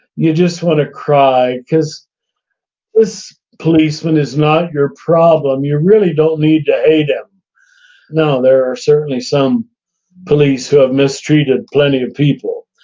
you just want to cry, because this policeman is not your problem. you really don't need to hate him. now, there are certainly some police who have mistreated plenty of people,